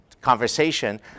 conversation